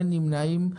אין נמנעים,